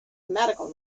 medical